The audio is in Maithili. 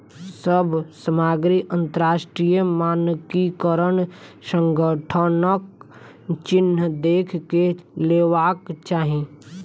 सभ सामग्री अंतरराष्ट्रीय मानकीकरण संगठनक चिन्ह देख के लेवाक चाही